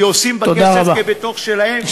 כי עושים בכסף כבתוך שלהם.